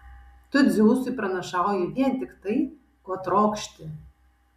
tu dzeusui pranašauji vien tik tai ko trokšti